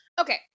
okay